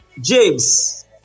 James